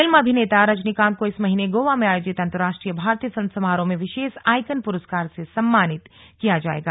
film अभिनेता रजनीकांत को इस महीने गोवा में आयोजित अंतर्राष्ट्रीय भारतीय फिल्म समारोह में विशेष आइकन पुरस्कार से सम्मानित किया जाएगा